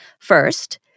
First